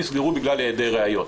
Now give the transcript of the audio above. נסגרו בגלל היעדר ראיות,